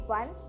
one